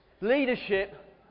Leadership